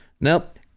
nope